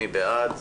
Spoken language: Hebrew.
מי בעד?